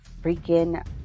freaking